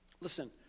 Listen